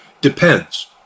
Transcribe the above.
depends